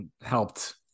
helped